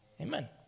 Amen